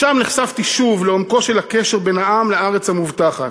שם נחשפתי שוב לעומקו של הקשר בין העם לארץ המובטחת.